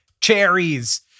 cherries